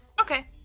Okay